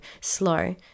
slow